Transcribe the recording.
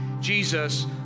Jesus